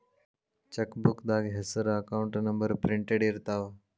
ಚೆಕ್ಬೂಕ್ದಾಗ ಹೆಸರ account number printed ಇರ್ತಾವ